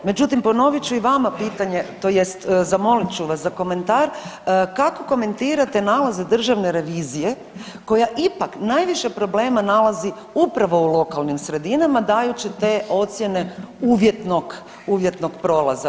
Međutim, ponovit ću i vama pitanje, tj. zamolit ću vas za komentar kako komentirate nalaze Državne revizije koja ipak najviše problema nalazi upravo u lokalnim sredinama dajući te ocjene uvjetnog prolaza.